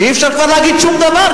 שכבר אי-אפשר להגיד שום דבר,